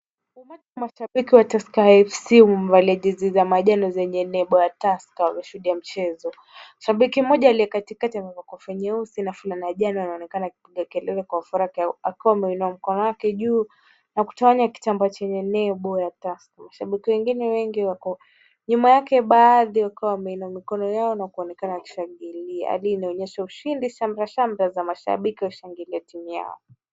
Mashabiki wa Tusker FC wamevalia jezi za manjano zenye nembo ya Tusker wanashuhudia mchezo. Shabiki mmoja aliyekatikati amevaa kofia nyeusi na fulana ya njano, anaonekana akipiga kelele kwa furaha akiwa ameinua mkono wake juu na kutawanya kitambaa chenye nembo ya Tusker. Shabiki wengine wengi wako nyuma yake baadhi wakiwa wameinua mikono yao na kuonekana wanashangilia hali inaonyesha ushindi shamrashamra za mashabiki wakishangilia timu yao.